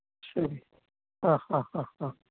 ശരി ആ ഹ ഹ ഹ